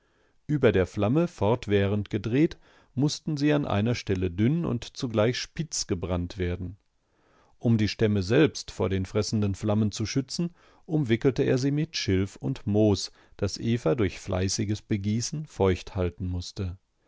über der flamme fortwährend gedreht mußten sie an einer stelle dünn und zugleich spitz gebrannt werden um die stämme selbst vor den fressenden flammen zu schützen umwickelte er sie mit schilf und moos das eva durch fleißiges begießen feucht halten mußte